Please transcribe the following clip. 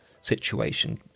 situation